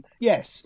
yes